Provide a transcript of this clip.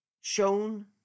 shown